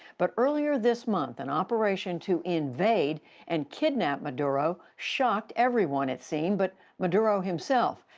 but, earlier this month, an operation to invade and kidnap maduro shocked everyone, it seemed, but maduro himself.